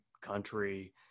country